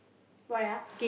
why ah